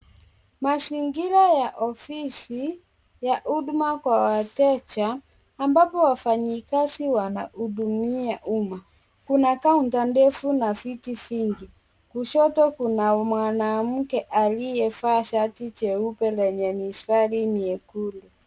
Mazingira ya ofisi ya huduma kwa wateja ambapo wafanyakazi wanahudumia umma. Kuna kaunta ndefu na viti vingi. Kushoto kuna mwanamke aliyevaa shati jeupe lenye mistari miekundu.